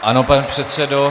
Ano, pane předsedo.